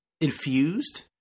infused